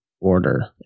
order